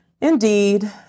Indeed